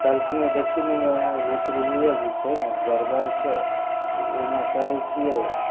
कहलखिन देखही नुनू यहाँके बुतरुए जे छै ने गड़बड़ छै एना करै छिए